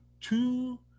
two